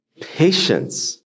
patience